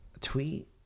Tweet